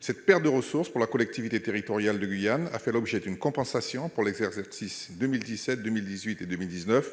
Cette perte de ressources pour la collectivité territoriale de Guyane a fait l'objet d'une compensation pour les exercices 2017, 2018 et 2019,